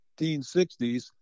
1960s